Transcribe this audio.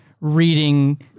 reading